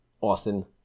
Austin